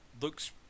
looks